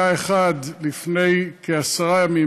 היה אחד לפני כעשרה ימים,